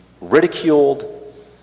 ridiculed